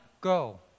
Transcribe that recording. go